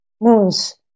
moons